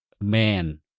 man